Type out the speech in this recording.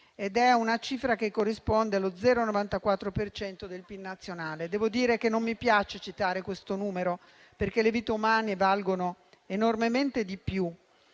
ed è una cifra che corrisponde allo 0,94 per cento del PIL nazionale. Devo dire che non mi piace citare questo numero, perché le vite umane valgono enormemente di più;